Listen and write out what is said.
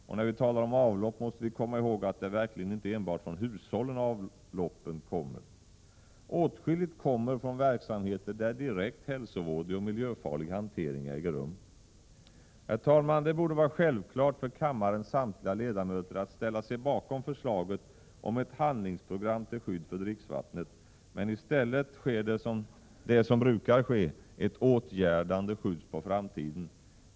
Och när vi talar om avlopp måste vi komma ihåg att det verkligen inte enbart är från hushållen avloppet kommer. Åtskilligt kommer från verksamheter där direkt hälsovådlig och miljöfarlig hantering äger rum. Herr talman! Det borde vara självklart för kammarens samtliga ledamöter att ställa sig bakom förslaget om ett handlingsprogram till skydd för dricksvattnet. Men i stället sker det som brukar ske — ett åtgärdande skjuts på framtiden.